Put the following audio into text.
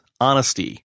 honesty